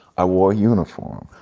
i wore a uniform,